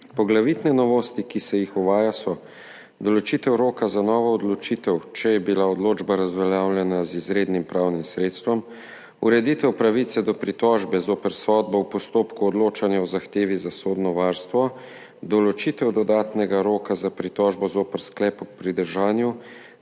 Poglavitne novosti, ki se jih uvaja, so določitev roka za novo odločitev, če je bila odločba razveljavljena z izrednim pravnim sredstvom, ureditev pravice do pritožbe zoper sodbo v postopku odločanja o zahtevi za sodno varstvo, določitev dodatnega roka za pritožbo zoper sklep o pridržanju